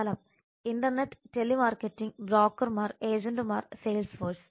സ്ഥലം internet telemarketing ബ്രോക്കർമാർ ഏജന്റുമാർ സെയിൽസ് ഫോഴ്സ്